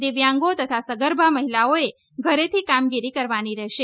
દિવ્યાંગો તથા સગર્ભા સ્ત્રીઓએ ઘરેથી કામગીરી કરવાની રહેશે